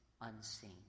unseen